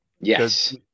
Yes